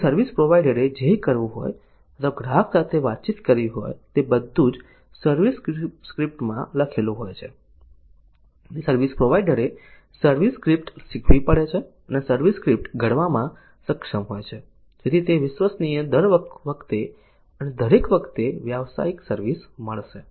તેથી સર્વિસ પ્રોવાઇડરે જે કરવું હોય અથવા ગ્રાહક સાથે વાતચીત કરવી હોય તે બધું જ સર્વિસ સ્ક્રિપ્ટમાં લખેલું હોય છે અને સર્વિસ પ્રોવાઇડરે સર્વિસ સ્ક્રિપ્ટ શીખવી પડે છે અને આ સર્વિસ સ્ક્રિપ્ટ ઘડવામાં સક્ષમ હોય છે જેથી તે વિશ્વસનીય દર વખતે અને દરેક વખતે વ્યાવસાયિક સર્વિસ મળશે